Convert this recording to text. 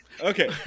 Okay